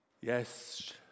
Yes